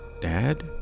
Dad